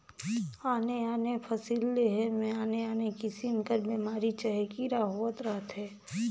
आने आने फसिल लेहे में आने आने किसिम कर बेमारी चहे कीरा होवत रहथें